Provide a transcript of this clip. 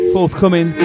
Forthcoming